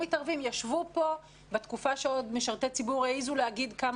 ישבו פה בתקופה שמשרתי ציבור עוד הרשו לעצמם להגיד כמה